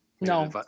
No